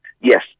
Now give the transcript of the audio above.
Yes